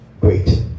great